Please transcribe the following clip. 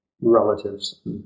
relatives